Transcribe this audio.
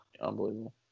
Unbelievable